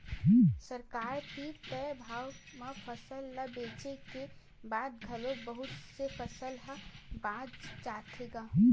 सरकार तीर तय भाव म फसल ल बेचे के बाद घलोक बहुत से फसल ह बाच जाथे गा